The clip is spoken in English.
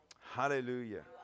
Hallelujah